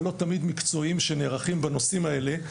הלא תמיד מקצועיים שנערכים בנושאים האלה,